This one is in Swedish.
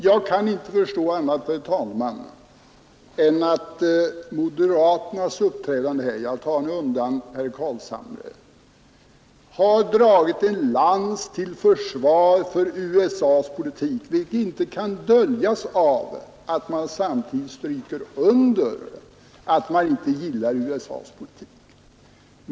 Jag kan inte förstå annat, herr talman, än att moderaterna — jag undantar nu herr Carlshamre — har dragit en lans för USA:s politik och försvarat den, vilket inte kan döljas av att man samtidigt stryker under att man inte gillar USA:s politik.